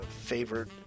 favorite